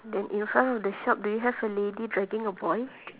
then in front of the shop do you have a lady dragging a boy